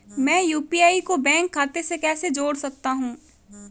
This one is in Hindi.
मैं यू.पी.आई को बैंक खाते से कैसे जोड़ सकता हूँ?